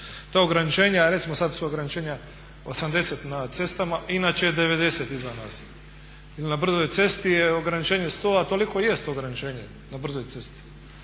Ta ograničenja recimo sada su ograničenja 80 na cestama, inače je 90 izvan naselja ili na brzoj cesti je ograničenje 100, a toliko jest ograničenje na brzoj cesti.